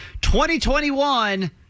2021